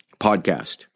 podcast